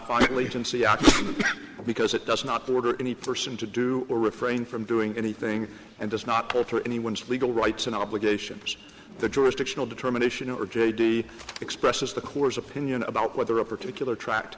finally in seattle because it does not border any person to do or refrain from doing anything and does not alter anyone's legal rights and obligations the jurisdictional determination or j d expresses the corps opinion about whether a particular tract